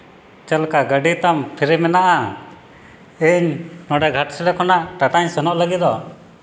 ᱪᱮᱫ ᱞᱮᱠᱟ ᱜᱟᱹᱰᱤ ᱛᱟᱢ ᱯᱷᱨᱤ ᱢᱮᱱᱟᱜᱼᱟ ᱤᱧ ᱱᱚᱰᱮ ᱜᱷᱟᱴᱥᱤᱞᱟᱹ ᱠᱷᱚᱱᱟᱜ ᱴᱟᱴᱟᱧ ᱥᱮᱱᱚᱜ ᱞᱟᱹᱜᱤᱫᱚᱜ